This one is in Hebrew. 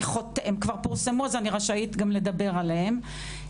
הן כבר פורסמו אז אני רשאית גם לדבר עליהן